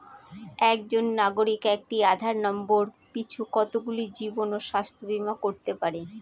একজন নাগরিক একটি আধার নম্বর পিছু কতগুলি জীবন ও স্বাস্থ্য বীমা করতে পারে?